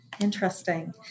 Interesting